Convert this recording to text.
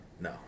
No